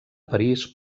parís